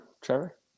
trevor